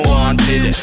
Wanted